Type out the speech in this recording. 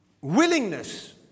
willingness